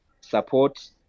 support